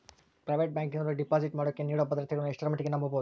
Private ಬ್ಯಾಂಕಿನವರು deposit ಮಾಡೋಕೆ ನೇಡೋ ಭದ್ರತೆಗಳನ್ನು ಎಷ್ಟರ ಮಟ್ಟಿಗೆ ನಂಬಬಹುದು?